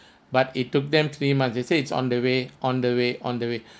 but it took them three months they say it's on the way on the way on the way